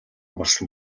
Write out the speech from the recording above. болсон